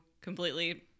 completely